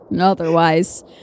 Otherwise